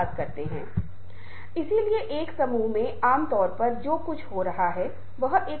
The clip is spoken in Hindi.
गिरिProf Giri ने समूहों में बोलने बोलने की शैली संचार शैली के बारे में भी बताया